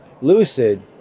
Lucid